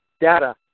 data